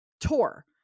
tour